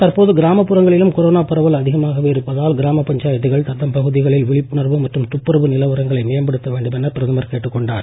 தற்போது கிராமப்புறங்களிலும் கொரோனா பரவல் அதிகமாகவே இருப்பதால் கிராமப் பஞ்சாயத்துக்கள் தத்தம் பகுதிகளில் விழிப்புணர்வு மற்றும் துப்புரவு நிலவரங்களை மேம்படுத்த வேண்டுமென பிரதமர் கேட்டுக் கொண்டார்